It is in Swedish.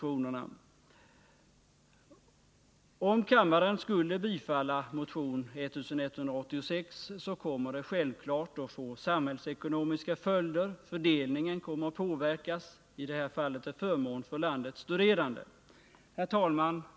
Om kammaren skulle bifalla motion 1186, skulle det självfallet få samhällsekonomiska följder. Fördelningen kommer att påverkas, i detta fall till förmån för landets studerande. Herr talman!